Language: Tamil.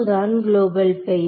தான் குளோபல் பெயர்